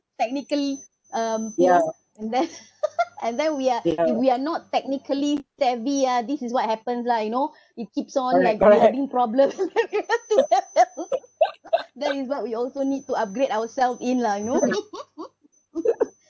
technically um here and there and then we are if we are not technically savvy ah this is what happens lah you know it keeps on like grabbing problems have to that is what we also need to upgrade ourselves in lah you know